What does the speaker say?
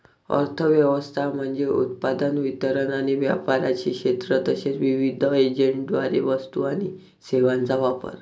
अर्थ व्यवस्था म्हणजे उत्पादन, वितरण आणि व्यापाराचे क्षेत्र तसेच विविध एजंट्सद्वारे वस्तू आणि सेवांचा वापर